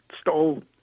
stole